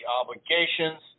obligations